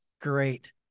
Great